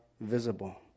visible